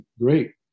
great